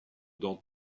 dans